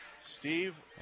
Steve